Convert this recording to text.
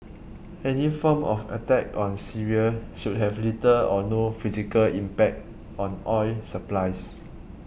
any form of attack on Syria should have little or no physical impact on oil supplies